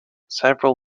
several